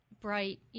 bright